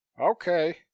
Okay